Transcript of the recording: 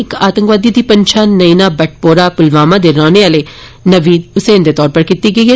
इक आतंकवादी दी पंछान नईना बटपोरा प्लवामा दे रौहने आले नवीद हसैन दे तौरा पर कीती गेई ऐ